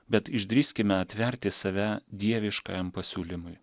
bet išdrįskime atverti save dieviškajam pasiūlymui